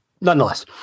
Nonetheless